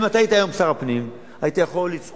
גם אם אתה היית היום שר הפנים, היית יכול לצעוק